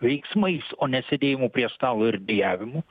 veiksmais o ne sėdėjimu prie stalo ir dejavimu